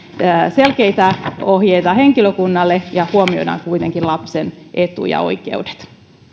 selkeitä ohjeita henkilökunnalle ja huomioidaan kuitenkin lapsen etu ja oikeudet